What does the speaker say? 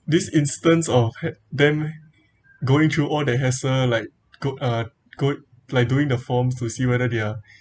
this instance of ha~ them going through all the hassle like go uh good like doing the forms to see whether they are